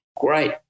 great